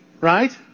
right